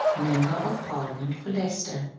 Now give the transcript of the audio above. member of parliament for leicester.